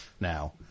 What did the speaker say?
now